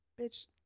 bitch